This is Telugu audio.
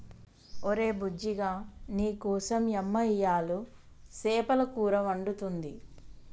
ఒరే బుజ్జిగా నీకోసం యమ్మ ఇయ్యలు సేపల కూర వండుతుంది